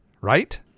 right